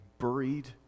buried